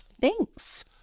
Thanks